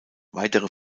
weitere